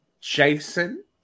Jason